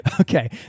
Okay